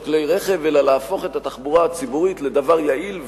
כלי-רכב אלא להפוך את התחבורה הציבורית לדבר יעיל וטוב,